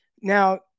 Now